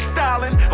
Styling